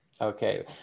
okay